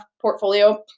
portfolio